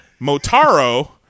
Motaro